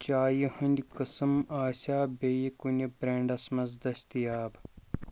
چایہِ ہٕنٛدۍ قٕسٕم آسیا بییٚہِ کُنہِ برینٛڈس مَنٛز دٔستِیاب